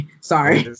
Sorry